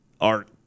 Art